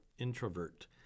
introvert